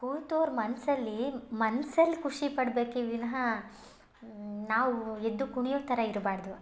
ಕೂತೋರು ಮನಸಲ್ಲಿ ಮನ್ಸಲ್ಲಿ ಖುಷಿ ಪಡ್ಬೇಕೆ ವಿನಃ ನಾವು ಎದ್ದು ಕುಣಿಯೊ ಥರ ಇರಬಾರದು